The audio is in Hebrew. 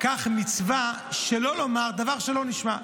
כך מצווה על אדם שלא לומר דבר שאינו נשמע.